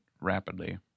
rapidly